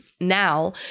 now